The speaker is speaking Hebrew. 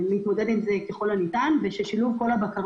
ומצד שני אנחנו סבורים ששילוב כל הבקרות,